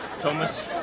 Thomas